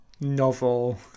novel